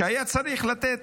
שהיה צריך לתת